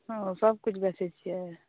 हॅं सभ किछु बेचै छियै